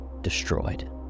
destroyed